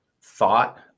thought